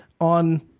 on –